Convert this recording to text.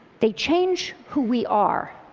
they change who we are.